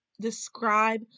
describe